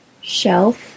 Shelf